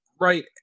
Right